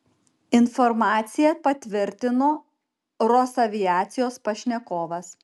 informaciją patvirtino rosaviacijos pašnekovas